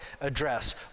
address